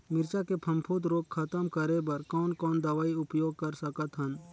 मिरचा के फफूंद रोग खतम करे बर कौन कौन दवई उपयोग कर सकत हन?